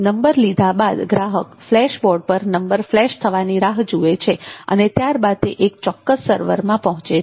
number લીઘા બાદ ગ્રાહક ફ્લેશ બોર્ડ પર નંબર ફ્લેશ થવાની રાહ જુએ છે અને ત્યારબાદ તે એક ચોક્કસ સર્વરમાં પહોંચે છે